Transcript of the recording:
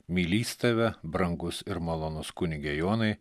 mylįs tave brangus ir malonus kunige jonai